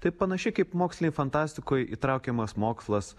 tai panašiai kaip mokslinėj fantastikoj įtraukiamas mokslas